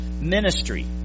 ministry